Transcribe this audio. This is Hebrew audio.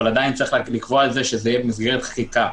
אבל עדיין צריך לקבוע את זה שזה יהיה במסגרת חקיקה.